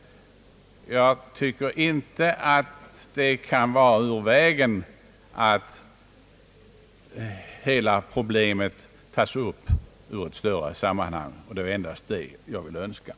Jag tycker inte att det kan vara ur vägen att hela problemet tas upp i större trafikpolitiskt sammanhang. Det är endast detta jag önskar.